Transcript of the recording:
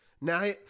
Now